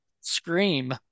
Scream